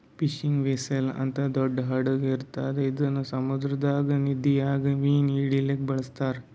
fishing vessel ಅಂತ್ ಒಂದ್ ದೊಡ್ಡ್ ಹಡಗ್ ಇರ್ತದ್ ಇದು ಸಮುದ್ರದಾಗ್ ನದಿದಾಗ್ ಮೀನ್ ಹಿಡಿಲಿಕ್ಕ್ ಬಳಸ್ತಾರ್